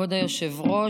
כבוד היושב-ראש,